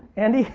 andy?